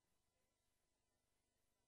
גברתי מזכירת